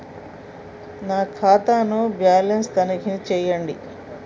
నా ఖాతా ను బ్యాలన్స్ తనిఖీ చేయండి?